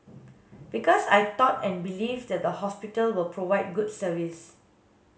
because I thought and believe that the hospital will provide good service